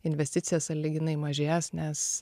investicija sąlyginai mažės nes